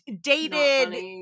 dated